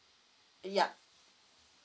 yup